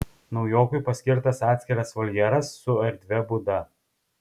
naujokui paskirtas atskiras voljeras su erdvia būda